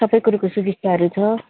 सबै कुरोको सुविस्ताहरू छ